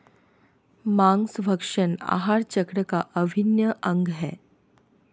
माँसभक्षण आहार चक्र का अभिन्न अंग है